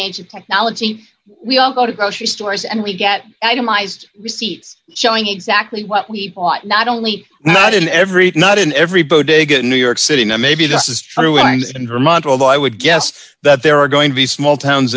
age of technology we all go to grocery stores and we get itemized receipts showing exactly what we bought not only not in everything not in every bodega in new york city maybe this is true and vermont although i would guess that there are going to be small towns